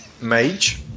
Mage